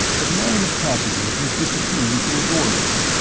the line of passengers was disappearing through a doorway.